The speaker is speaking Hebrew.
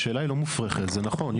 השאלה היא לא מופרכת, זה נכון.